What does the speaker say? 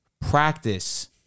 Practice